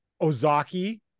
Ozaki